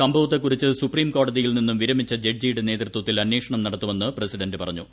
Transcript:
സംഭവത്തെ കുറിച്ച് സുപ്രീംകോടതിയിൽ നിന്നും വിരമിച്ച ജഡ്ജിയുടെ നേതൃത്വത്തിൽ അന്വേഷണം നടത്തുമെന്ന് പ്രസിഡന്റ് പുറഞ്ഞു